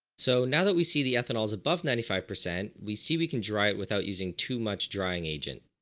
so now that we see the ethanol is above ninety five percent we see we can drive without using too much drying agent.